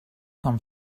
com